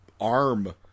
arm